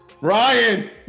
ryan